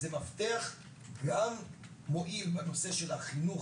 זה גם מפתח מועיל בנושא של החינוך